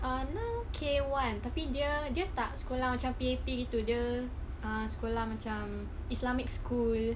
uh now K one tapi dia dia tak sekolah macam P_A_P gitu jer ah dia sekolah macam islamic school